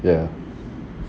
ya